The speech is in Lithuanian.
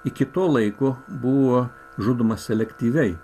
iki to laiko buvo žudoma selektyviai